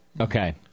Okay